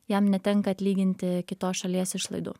jam netenka atlyginti kitos šalies išlaidų